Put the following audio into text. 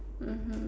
mmhmm